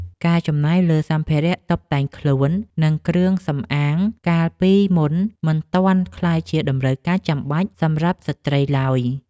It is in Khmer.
ការចំណាយលើសម្ភារៈតុបតែងខ្លួន និងគ្រឿងសម្អាងកាលពីមុនមិនទាន់ក្លាយជាតម្រូវការចាំបាច់សម្រាប់ស្ត្រីឡើយ។